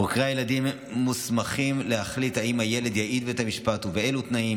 חוקרי הילדים מוסמכים להחליט אם הילד יעיד בבית המשפט ובאילו תנאים.